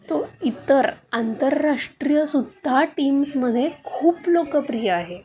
तो इतर आंतरराष्ट्रीयसुद्धा टीम्समध्ये खूप लोकप्रिय आहे